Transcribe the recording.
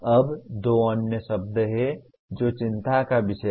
अब दो अन्य शब्द हैं जो चिंता का विषय हैं